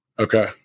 Okay